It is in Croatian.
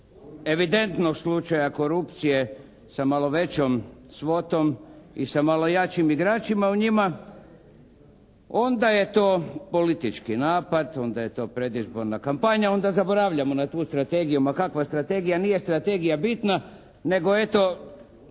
evidentnog slučaja korupcije sa malo većom svotom i sa malo jačim igračima u njima onda je to politički napad, onda je to predizborna kampanja, onda zaboravljamo na tu strategiju, ma kakva strategija. Nije strategija bitna, nego eto